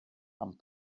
and